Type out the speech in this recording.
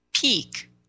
peak